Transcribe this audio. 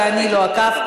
ואני לא עקבתי,